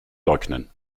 leugnen